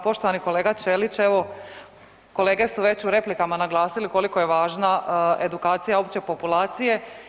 Poštovani kolega Ćelić evo kolege su već u replikama naglasile koliko je važna edukacija opće populacije.